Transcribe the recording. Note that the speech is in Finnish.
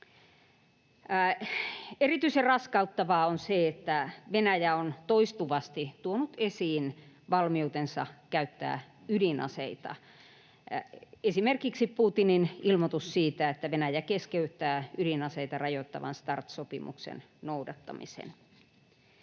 Erityisen raskauttavaa on se, että Venäjä on toistuvasti tuonut esiin valmiutensa käyttää ydinaseita — esimerkiksi Putinin ilmoitus siitä, että Venäjä keskeyttää ydinaseita rajoittavan Start-sopimuksen noudattamisen.